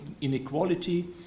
inequality